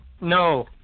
no